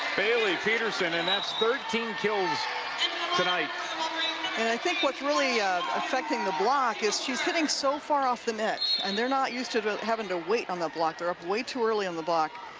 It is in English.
baylee petersen, and that's thirteen kills tonight and i think what's really affecting the block is she's hitting so far off the net, and they're not used to to having to wait for the block. they're up way too early on the block,